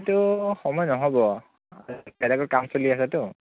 আজিতো সময় নহ'ব বেলেগত কাম চলি আছেতো